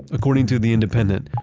according to the independent,